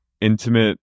intimate